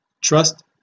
Trust